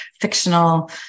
fictional